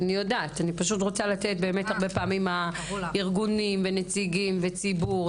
אני פשוט לתת לארגונים, לנציגים, לציבור.